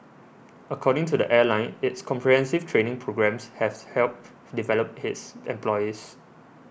according to the airline its comprehensive training programmes have helped develop its employees